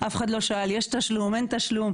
אף אחד לא שאל יש תשלום, אין תשלום.